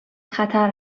خطر